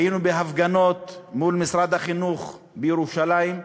היינו בהפגנות מול משרד החינוך בירושלים,